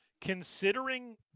Considering